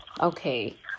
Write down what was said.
Okay